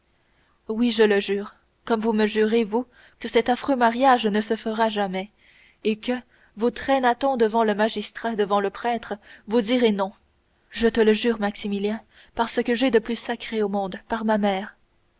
oui je le jure comme vous me jurez vous que cet affreux mariage ne se fera jamais et que vous traînât on devant le magistrat devant le prêtre vous direz non je te le jure maximilien par ce que j'ai de plus sacré au monde par ma mère